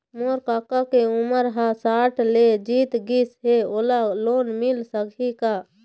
मोर कका के उमर ह साठ ले जीत गिस हे, ओला लोन मिल सकही का?